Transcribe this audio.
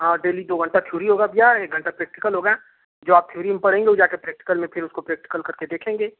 हाँ डेली दो घंटा थ्योरी होगा भैया एक घंटा प्रैक्टिकल होगा जो आपकी पढ़ाई हो जाके प्रैक्टिकल में फिर उस को प्रैक्टिकल करके देखेंगे